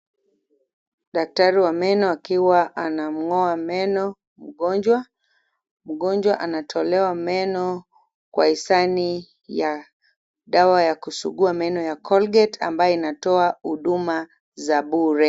Daktari wa meno akiwa anamng'oa meno mgonjwa. Mgonjwa anatolewa meno kwa hisani ya dawa ya kusugua meno ya Colgate ambayo inatoa huduma za bure.